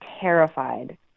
terrified